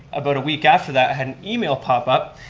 about a week after that, i had an email pop up,